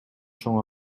чоң